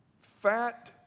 fat